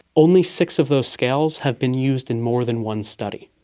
only six of those scales have been used in more than one study,